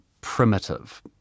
primitive